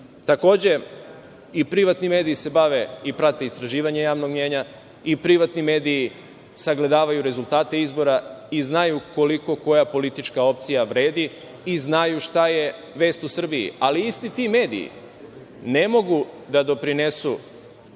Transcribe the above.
i privatni mediji se bave i prate istraživanje javnog mnjenja, i privatni mediji sagledavaju rezultate izbora i znaju koliko koja politička opcija vredi i znaju šta je vest u Srbiji, ali isti ti mediji ne mogu da doprinesu